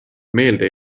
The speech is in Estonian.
meelde